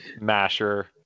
masher